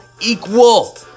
equal